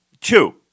Two